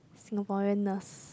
Singaporeaness